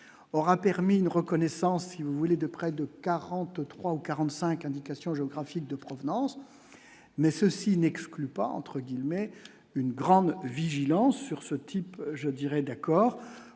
aura permis une reconnaissance, si vous voulez de près de 43 ou 45 indication géographique de provenance, mais ceci n'exclut pas, entre guillemets, une grande vigilance sur ce type je dirais d'accord